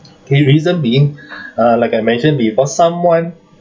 K reason being uh like I mentioned before someone